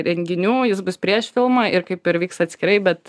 renginių jis bus prieš filmą ir kaip ir vyks atskirai bet